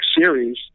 series